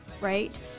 right